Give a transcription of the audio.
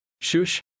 Shush